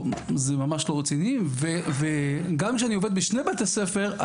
ממש לא רציני וגם שאני עובד בשני בתי ספר,